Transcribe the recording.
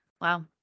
Wow